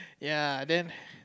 ya then